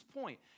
point